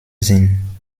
sinn